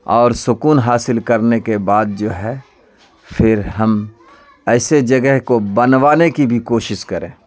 اور سکون حاصل کرنے کے بعد جو ہے پھر ہم ایسے جگہ کو بنوانے کی بھی کوشش کریں